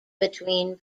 between